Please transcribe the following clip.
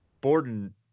Borden